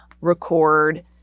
record